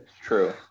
True